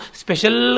special